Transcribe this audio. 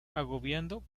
agobiando